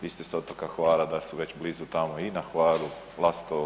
Vi ste sa otoka Hvara, da su već blizu tamo i na Hvaru, Lastovo.